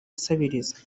asabiriza